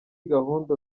gahunda